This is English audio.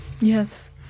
Yes